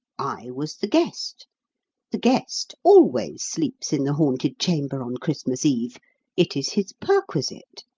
i was the guest the guest always sleeps in the haunted chamber on christmas eve it is his perquisite.